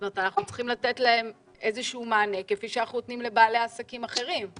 אנחנו צריכים לתת להם איזשהו מענה כפי אנחנו נותנים לבעלי עסקים אחרים.